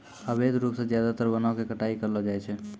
अवैध रूप सॅ ज्यादातर वनों के कटाई करलो जाय छै